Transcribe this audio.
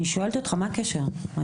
אני שואלת אותך: האם